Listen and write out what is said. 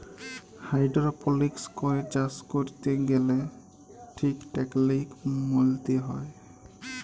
hydroponics করে চাষ ক্যরতে গ্যালে ঠিক টেকলিক মলতে হ্যয়